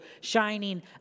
shining